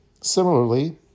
Similarly